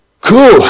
Cool